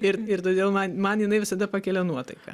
ir ir todėl man man jinai visada pakelia nuotaiką